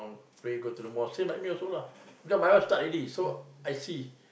pray go to the mosque same like me also lah because my wife start already so I see